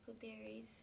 theories